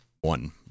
One